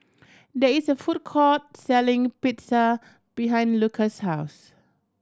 there is a food court selling Pizza behind Luka's house